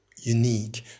unique